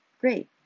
great